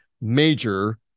major